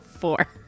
four